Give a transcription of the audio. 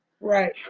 right